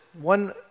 one